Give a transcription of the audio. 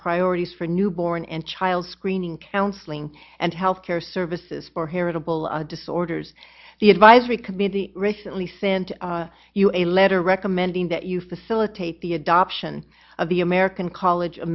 priorities for newborn and child screening counseling and health care services for heritable disorders the advisory committee recently sent you a letter recommending that you facilitate the adoption of the american college